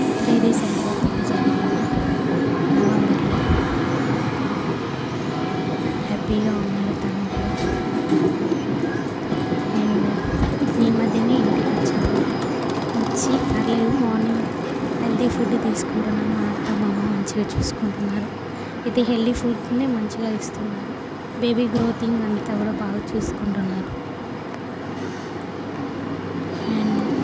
ఇప్పుడే రీసెంట్గా పెళ్లి జరిగింది నవంబర్లో హ్యాపీగా ఉన్నాడు తను కూడా అండ్ ఈ మధ్యనే ఇంటికి వచ్చాము వచ్చి పర్లేదు మార్నింగ్ హెల్తి ఫుడ్ తీసుకుంటున్నాము మా అత్త మామ మంచిగా చూసుకుంటున్నారు ఇది హెల్తి ఫుడ్నే మంచిగా ఇస్తున్నారు బేబీ గ్రోథింగ్ అంత కూడా బాగా చూసుకుంటున్నారు అండ్